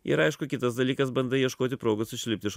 ir aišku kitas dalykas bandai ieškoti progos išlipti iš